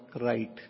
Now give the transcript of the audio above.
right